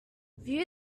view